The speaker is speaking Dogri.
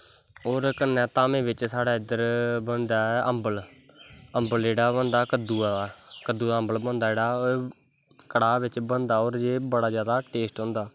होर कन्नै धामैं बिच्च साढ़ै इद्धर बनदी ऐ अम्बल अम्बल जेह्ड़ा बनदा कद्दुआ दा कद्दू दा अम्बल जेह्ड़ा बनदा कड़ाह् बिच्च बनदा होर बड़ा जैदा टेस्ट होंदा